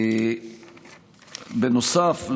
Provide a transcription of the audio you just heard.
בנוסף,